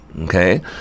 okay